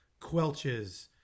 quelches